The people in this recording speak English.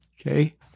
Okay